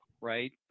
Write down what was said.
right